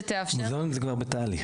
שתאפשר --- מוזיאון זה כבר בתהליך.